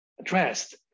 addressed